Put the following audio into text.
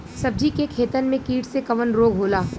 सब्जी के खेतन में कीट से कवन रोग होला?